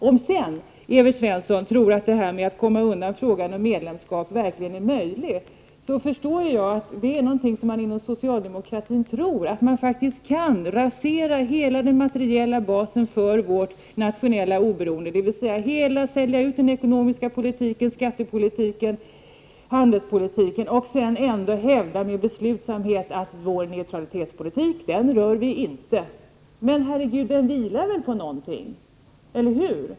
Om sedan Evert Svensson tror att man kan komma undan frågan om medlemskap, måste det vara någonting som baserar sig på tron inom socialdemokratin att man faktiskt kan rasera hela den materiella basen för vårt nationella oberoende, dvs. sälja ut den ekonomiska politiken, skattepolitiken och handelspolitiken och sedan hävda med bestämdhet att vi inte rör vår neutralitetspolitik. Men den vilar väl på någonting, eller hur?